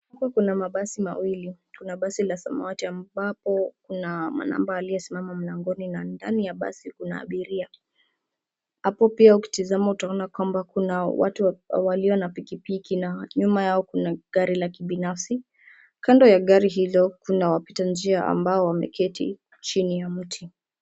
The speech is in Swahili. Hapo kuna mabasi mawili, kuna basi la samawati ambapo kuna manamba aliyesimama mlangoni na ndani ya basi kuna abiria. Hapo pia ukitazama utaona kwamba kuna watu walio na pikipiki na nyuma yao kuna gari la kibinafsi. Kando lagari hilo kuna wapita njia ambao wameketi chini ya mti.